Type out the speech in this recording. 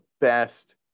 best